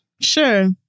Sure